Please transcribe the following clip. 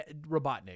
Robotnik